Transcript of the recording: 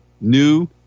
new